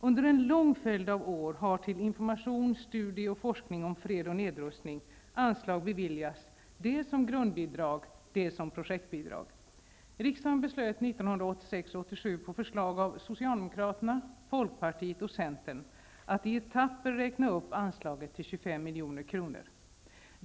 Under en lång följd av år har till information, studier och forskning om fred och nedrustning anslag beviljats dels som grundbidrag, dels som projektbidrag. Riksdagen beslöt 1986/87 på förslag av Socialdemokraterna, Folkpartiet och Centern att i etapper räkna upp anslaget till 25 milj.kr.